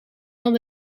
dan